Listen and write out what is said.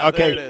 Okay